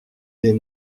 des